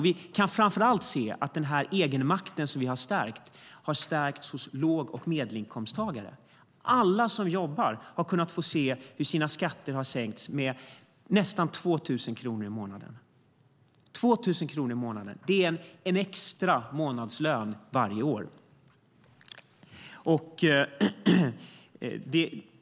Vi kan framför allt se att denna egenmakt som vi har stärkt har stärkts hos låg och medelinkomsttagare. Alla som jobbar har kunnat få se hur deras skatter har sänkts med nästan 2 000 kronor i månaden. Det är en extra månadslön varje år.